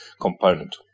component